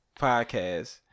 Podcast